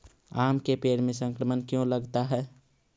आम के पेड़ में संक्रमण क्यों लगता है?